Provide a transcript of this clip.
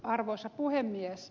arvoisa puhemies